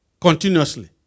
continuously